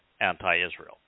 anti-Israel